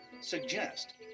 suggest